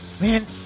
man